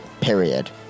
period